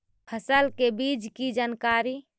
फसल के बीज की जानकारी?